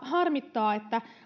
harmittaa